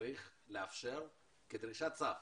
צריך לאפשר כדרישת סף